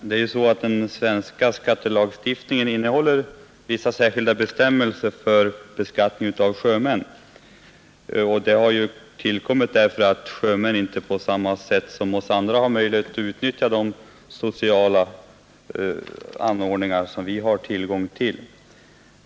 Herr talman! Den svenska skattelagstiftningen innehåller vissa särskilda bestämmelser för beskattning av sjömän, och de har tillkommit därför att sjömän inte på samma sätt som vi andra har möjlighet att utnyttja de sociala anordningar som vi har tillgång till.